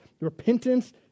repentance